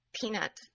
peanut